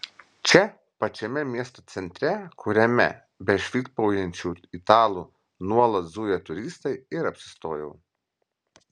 čia pačiame miesto centre kuriame be švilpaujančių italų nuolat zuja turistai ir apsistojau